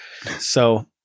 So-